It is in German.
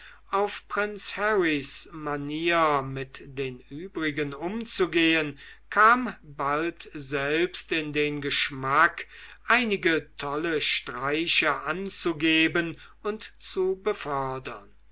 auf prinz harrys manier mit den übrigen umzugehen kam bald selbst in den geschmack einige tolle streiche anzugeben und zu befördern